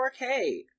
4K